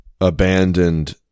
abandoned